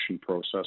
process